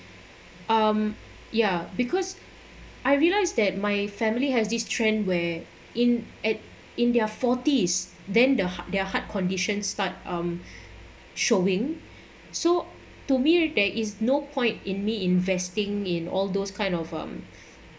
um ya because I realised that my family has this trend where in at in their forties than the their heart condition start um showing so to me there is no point in me investing in all those kind of um